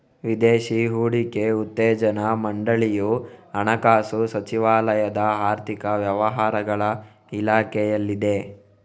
ವಿದೇಶಿ ಹೂಡಿಕೆ ಉತ್ತೇಜನಾ ಮಂಡಳಿಯು ಹಣಕಾಸು ಸಚಿವಾಲಯದ ಆರ್ಥಿಕ ವ್ಯವಹಾರಗಳ ಇಲಾಖೆಯಲ್ಲಿದೆ